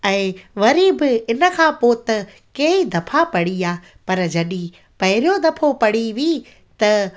ऐं वरी बि इन खां पोइ त कई दफ़ा पढ़ी आहे पर जॾहिं पहिरियों दफ़ो पढ़ी हुई त